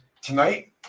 Tonight